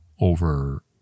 over